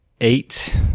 eight